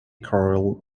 quarrel